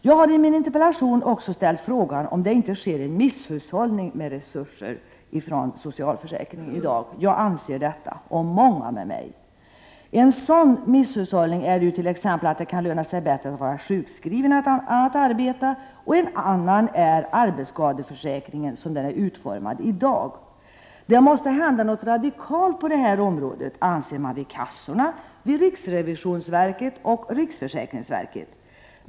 Jag har i min interpellation också ställt frågan om man inte misshushållar med resurser inom socialförsäkringen i dag. Jag, och många med mig, anser det. Ett exempel på misshushållning är att det kan löna sig bättre att vara sjukskriven än att arbeta. Ett annat är arbetsskadeförsäkringen som den är utformad i dag. Det måste hända något radikalt på det området, anser man vid kassorna, vid riksrevisionsverket och vid riksförsäkringsverket.